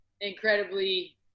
incredibly